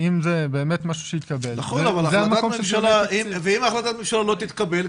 ואם זה משהו שיתקבל --- ואם החלטת ממשלה לא תתקבל,